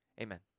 amen